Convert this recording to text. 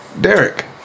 Derek